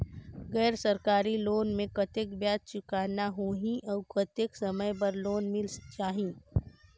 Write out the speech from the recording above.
गैर सरकारी लोन मे कतेक ब्याज चुकाना होही और कतेक समय बर लोन मिल जाहि?